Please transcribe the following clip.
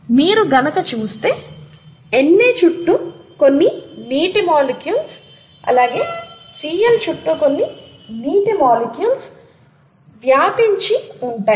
మీరు గనక చూస్తే Na చుట్టూ కొన్ని నీటి మాలిక్యూల్స్ అలాగే Cl చుట్టూ కొన్ని నీటి మాలిక్యూల్స్ వ్యాపించి ఉంటాయి